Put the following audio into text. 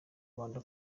rwanda